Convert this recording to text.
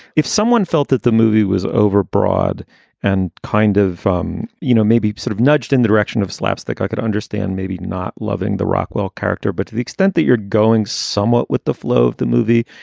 if someone felt that the movie was overbroad and kind of, um you know, maybe sort of nudged in the direction of slapstick, i could understand maybe not loving the rockwell character. but to the extent that you're going somewhat with the flow of the movie,